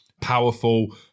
powerful